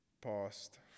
past